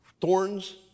thorns